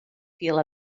feel